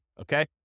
okay